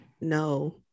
no